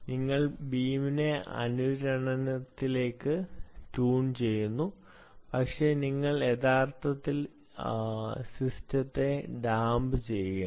നിങ്ങൾ ബീമിനെ അനുരണനത്തിലേക്ക് ട്യൂൺ ചെയ്യുന്നു പക്ഷേ നിങ്ങൾ യഥാർത്ഥത്തിൽ സിസ്റ്റത്തെ ഡാംപ് ചെയ്യുകയാണ്